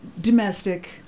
domestic